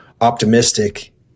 optimistic